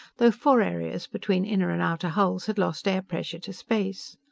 though four areas between inner and outer hulls had lost air pressure to space.